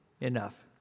enough